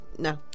no